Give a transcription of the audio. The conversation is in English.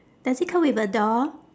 does it come with a doll